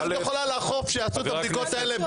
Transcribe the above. איך את יכולה לאכוף שיעשו את הבדיקות האלה